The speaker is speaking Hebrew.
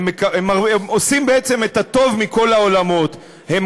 הם הרי עושים את הטוב מכל העולמות: הם